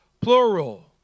plural